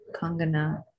Kangana